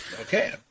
okay